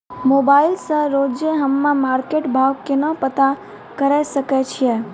Mobile से रोजे हम्मे मार्केट भाव केना पता करे सकय छियै?